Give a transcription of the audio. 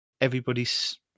everybody's